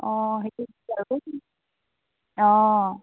অঁ সেইটো অঁ